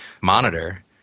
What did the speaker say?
monitor